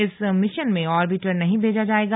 इस मिशन में ऑर्बिटर नहीं भेजा जायेगा